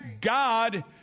God